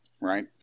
Right